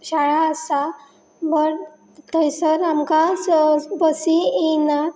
शाळा आसा बट थंयसर आमकां बसी येयनात